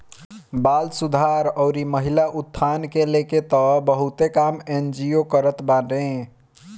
बाल सुधार अउरी महिला उत्थान के लेके तअ बहुते काम एन.जी.ओ करत बाने